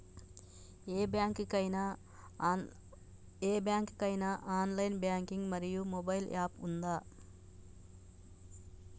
ఏ bank కి ఐనా online banking మరియు మొబైల్ యాప్ ఉందా?